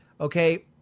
Okay